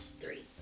three